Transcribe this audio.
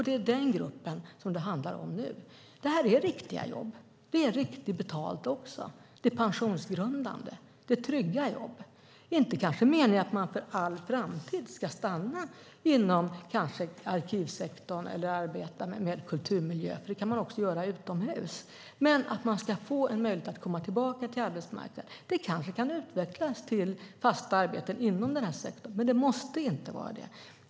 Det är den gruppen som det handlar om nu. Det här är riktiga jobb, och de är också riktigt betalda. De är pensionsgrundande. Det är trygga jobb. Det är kanske inte meningen att man för all framtid ska stanna inom till exempel arkivsektorn eller arbeta med kulturmiljöer. Det kan man också göra utomhus. Men man ska få en möjlighet att komma tillbaka till arbetsmarknaden. Det kanske kan utvecklas till fasta arbeten inom den här sektorn, men det måste inte vara så.